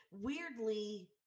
weirdly